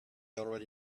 already